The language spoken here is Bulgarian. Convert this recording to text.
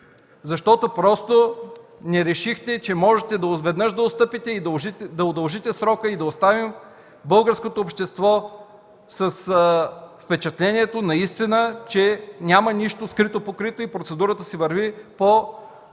защото просто не решихте, че можете отведнъж да отстъпите и да удължите срока, и да оставим българското общество с впечатлението, че наистина няма нищо скрито-покрито и процедурата си върви по прозрачни